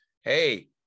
hey